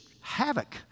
havoc